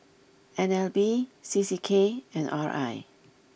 N L B C C K and R I